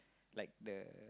like the